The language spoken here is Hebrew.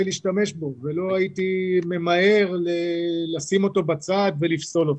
להשתמש בו ולא הייתי ממהר לשים אותו בצד ולפסול אותו.